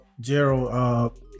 Gerald